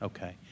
Okay